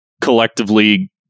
collectively